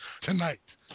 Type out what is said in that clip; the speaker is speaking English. tonight